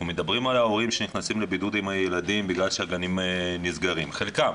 על ההורים שנכנסים לבידוד עם הילדים כי הגנים נסגרים חלקם,